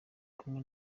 kumwe